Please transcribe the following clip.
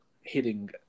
hitting